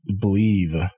believe